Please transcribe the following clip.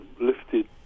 lifted